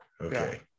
Okay